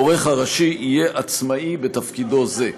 העורך הראשי יהיה עצמאי בתפקידו זה.